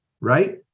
right